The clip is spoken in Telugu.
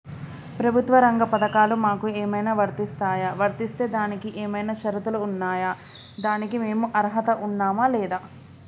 ప్రభుత్వ రంగ పథకాలు మాకు ఏమైనా వర్తిస్తాయా? వర్తిస్తే దానికి ఏమైనా షరతులు ఉన్నాయా? దానికి మేము అర్హత ఉన్నామా లేదా?